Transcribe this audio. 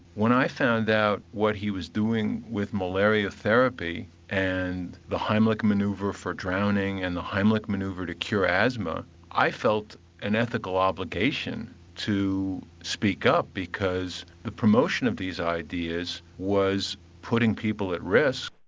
when i found out what he was doing with malaria therapy and the heimlich manoeuvre for for drowning and the heimlich manoeuvre to cure asthma i felt an ethical obligation to speak up because the promotion of these ideas was putting people at risk.